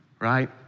right